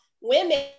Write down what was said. women